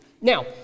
Now